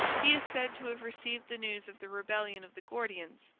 he is said to have received the news of the rebellion of the gordians,